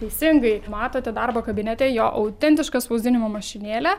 teisingai matote darbo kabinete jo autentišką spausdinimo mašinėlę